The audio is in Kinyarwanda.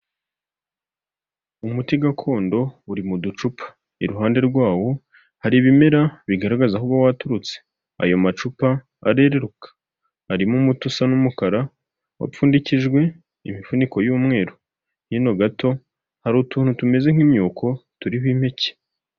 Umuti gakondo uri mu ducupa, iruhande rwawo hari ibimera bigaragaza aho uba waturutse, ayo macupa areruruka, harimo umuti usa n'umukara wapfundikijwe imifuniko y'umweru, hino gato hari utuntu tumeze nk'imyuko turiho impeke.